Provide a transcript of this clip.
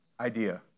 idea